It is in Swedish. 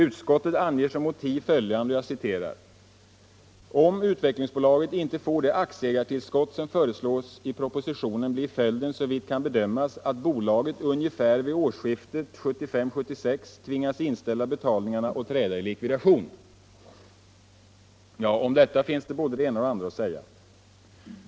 Utskottet anger som motiv följande: ”Om Utvecklingsbolaget inte får det aktieägartillskott som föreslås i propositionen blir följden, såvitt kan bedömas, att bolaget ungefär vid årsskiftet 1975-1976 tvingas inställa betalningarna och träda i likvidation.” Om detta finns det både det ena och andra att säga.